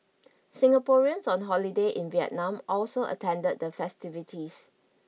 Singaporeans on holiday in Vietnam also attended the festivities